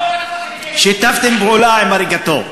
שיתפתם פעולה עם הריגתו.